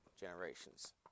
generations